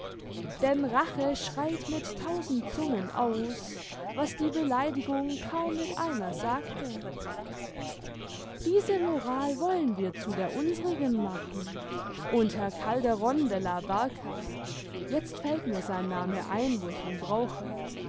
denn rache schreit mit tausend zungen aus was die beleid'gung kaum mit einer sagte diese moral wollen wir zu der unsrigen machen und herr calderon de la barca jetzt fällt mir sein name ein wo ich ihn brauche